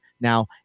Now